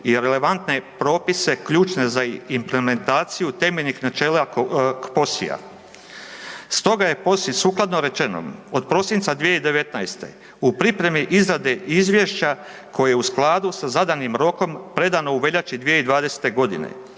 i relevantne propise ključne za implementaciju temeljnih načela POSI-a. Stoga je POSI sukladno rečenom od prosinca 2019. u pripremi izradi izvješća koje je u skladu sa zadanim rokom predano u veljači 2020. godine.